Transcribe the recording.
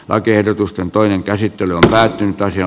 lakiehdotusten toinen käsittely on päättynyt ja